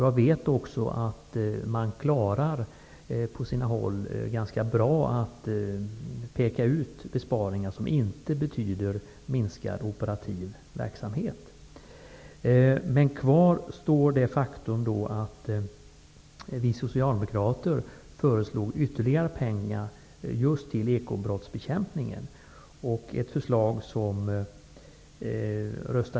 Jag vet också att man på sina håll klarar att peka ut besparingar som inte betyder minskad operativ verksamhet. Kvar står det faktum att vi socialdemokrater föreslog ytterligare pengar just till bekämpningen av ekobrott.